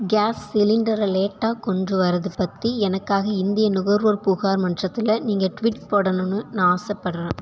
case சிலிண்டரை லேட்டாக கொண்டு வர்றது பற்றி எனக்காக இந்திய நுகர்வோர் புகார் மன்றத்தில் நீங்கள் ட்வீட் போடணுன்னு நான் ஆசைப்பட்றேன்